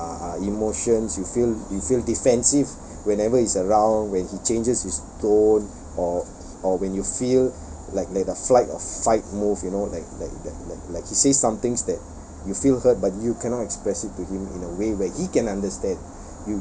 uh uh emotions you feel you feel defensive whenever he's around when he changes his tone or or when you feel like like a flight or fight move like you know like like like like he says some things that you feel hurt but you cannot express it in a way where he can understand